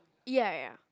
ya ya